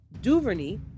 Duvernay